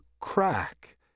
crack